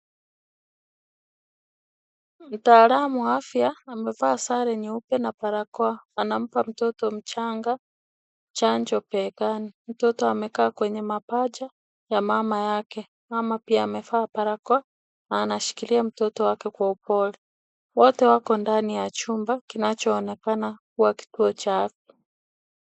Mtaalamu wa afya amevaa sare nyeupe na barako, anampa mtoto mchanga chanjo begani, mtoto amekaa kwenye mapaja ya mama yake mama pia amevaa barakoa na anashikilia mtoto wake kwa upole wote wako ndani ya chumba kinachoonekana kuwa kituo cha afya.